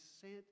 sent